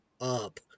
up